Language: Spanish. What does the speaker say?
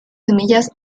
semillas